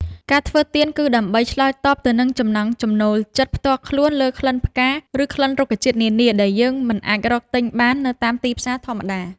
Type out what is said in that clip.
ការធ្វើទៀនគឺដើម្បីឆ្លើយតបទៅនឹងចំណង់ចំណូលចិត្តផ្ទាល់ខ្លួនលើក្លិនផ្កា ឬក្លិនរុក្ខជាតិនានាដែលយើងមិនអាចរកទិញបាននៅតាមទីផ្សារធម្មតា។